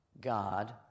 God